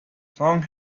song